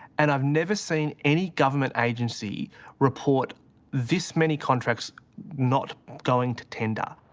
and i've never seen any government agency report this many contracts not going to tender.